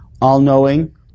All-knowing